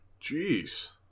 Jeez